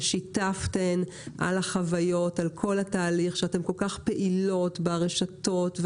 ששיתפתן על החוויות ועל כל התהליך ושאתן כל כך פעילות ברשתות.